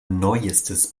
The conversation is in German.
neuestes